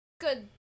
good